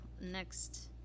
next